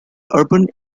urban